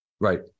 Right